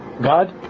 God